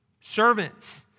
Servants